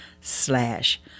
slash